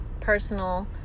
personal